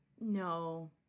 No